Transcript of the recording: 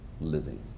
living